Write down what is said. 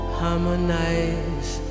harmonize